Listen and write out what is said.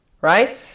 right